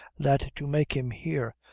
that to make him hear,